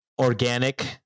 Organic